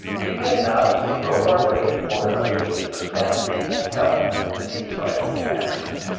we have now to grope our way towards a basis of sanity and health in these vital matters.